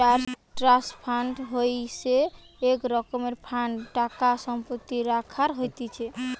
trust fund হইসে এক রকমের ফান্ড টাকা সম্পত্তি রাখাক হতিছে